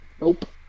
Nope